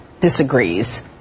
disagrees